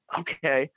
okay